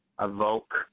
evoke